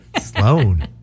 Sloan